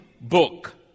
book